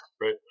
right